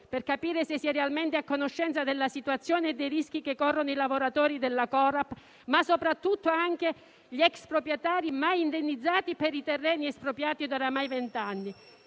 per capire se sia realmente a conoscenza della situazione e dei rischi che corrono i lavoratori della Corap, ma soprattutto anche gli ex proprietari mai indennizzati per i terreni espropriati da oramai vent'anni,